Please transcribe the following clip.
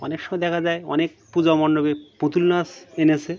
অনেক সময় দেখা যায় অনেক পূজা মণ্ডপে পুতুল নাচ এনেছে